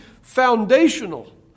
foundational